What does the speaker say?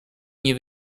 nie